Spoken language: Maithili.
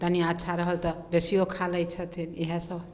तनि अच्छा रहल तऽ बेसियो खा लए छथिन इहए सभ